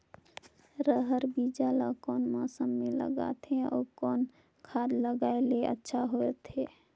रहर बीजा ला कौन मौसम मे लगाथे अउ कौन खाद लगायेले अच्छा होथे?